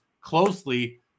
closely